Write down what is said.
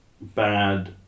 bad